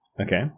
Okay